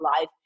life